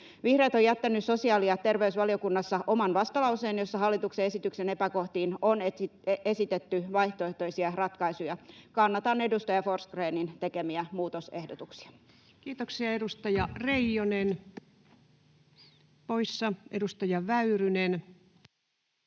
Vihreät ovat jättäneet sosiaali- ja terveysvaliokunnassa oman vastalauseen, jossa hallituksen esityksen epäkohtiin on esitetty vaihtoehtoisia ratkaisuja. Kannatan edustaja Forsgrénin tekemiä muutosehdotuksia. [Speech 17] Speaker: Ensimmäinen